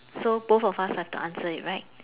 so both of us have to answer it right